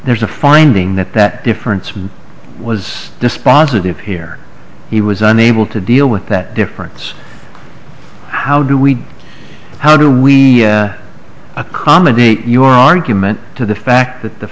there's a finding that that difference was dispositive here he was unable to deal with that difference how do we how do we accommodate your argument to the fact that the